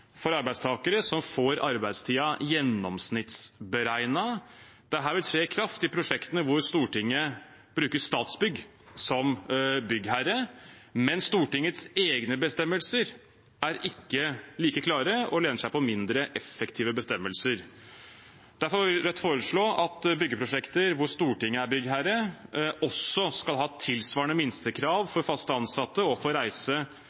for arbeidstakere som får arbeidstiden gjennomsnittsberegnet. Dette vil tre i kraft i prosjektene hvor Stortinget bruker Statsbygg som byggherre, men Stortingets egne bestemmelser er ikke like klare og lener seg på mindre effektive bestemmelser. Derfor vil Rødt foreslå at man i byggeprosjekter der Stortinget er byggherre, også skal ha tilsvarende minstekrav for fast ansatte og for reise,